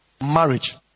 marriage